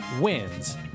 Wins